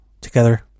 together